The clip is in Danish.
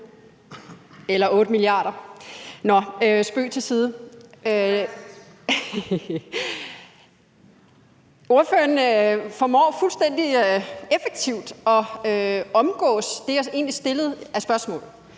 Eller 8 milliarder – nå, spøg til side. Ordføreren formår fuldstændig effektivt at omgå det, jeg egentlig stillede som spørgsmål.